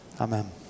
amen